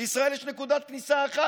לישראל יש נקודת כניסה אחת.